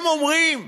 הם אומרים: